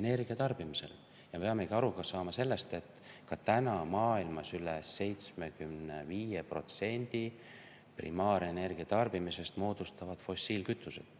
energiatarbimisel. Me peamegi aru saama sellest, et maailmas üle 75% primaarenergia tarbimisest moodustavad praegu fossiilkütused.